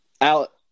Alex